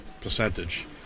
percentage